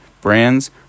brands